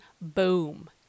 boom